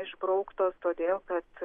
na išbrauktos todėl kad